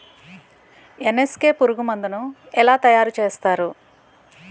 NSK పురుగు మందు ను ఎలా తయారు చేస్తారు?